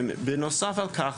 בנוסף לכך,